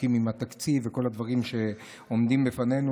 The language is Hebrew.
עסוקים עם התקציב וכל הדברים שעומדים בפנינו,